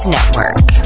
Network